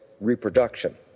reproduction